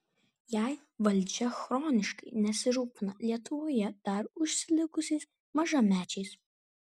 jei valdžia chroniškai nesirūpina lietuvoje dar užsilikusiais mažamečiais